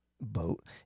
boat